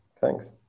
Thanks